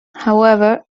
however